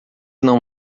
não